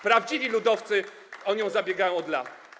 Prawdziwi ludowcy o nią zabiegają od lat.